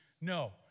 No